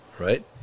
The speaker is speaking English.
Right